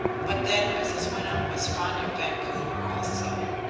but then mrs. wyndham was fond of vancouver also.